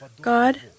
God